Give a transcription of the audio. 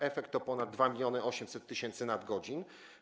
Efekt to ponad 2800 tys. nadgodzin.